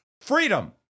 freedom